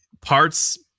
parts